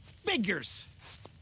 Figures